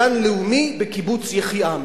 בגן הלאומי בקיבוץ יחיעם.